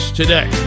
today